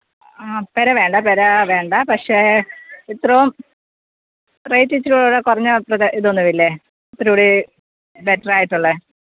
ആ പെര വേണ്ട പെര വേണ്ട പക്ഷേ ഇത്രോം റേറ്റിച്ചിരൂടെ കുറഞ്ഞ ത്ര ഇതൊന്നും ഇല്ലേ ഇത്തിരൂടി ബെറ്ററായിട്ടുള്ളത്